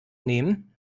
nehmen